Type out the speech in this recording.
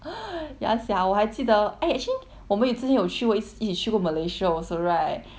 ya sia 我还记得 eh actually 我们有之前有去过一次一起去过 malaysia also right